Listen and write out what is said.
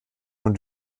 und